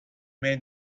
may